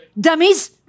Dummies